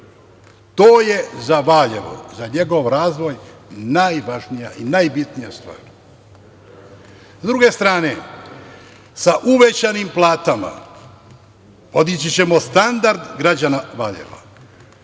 To je za Valjevo i za njegov razvoj najvažnija i najbitnija stvar.S druge strane, sa uvećanim platama podićićemo standard građana Valjeva.